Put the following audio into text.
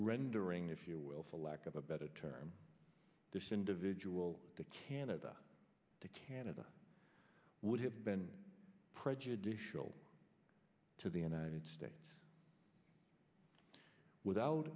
rendering if you will for lack of a better term this individual to canada to canada would have been prejudicial to the united states without